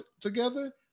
together